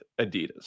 Adidas